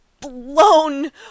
blown